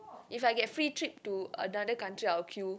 if I get free trip to another country I'll queue